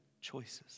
choices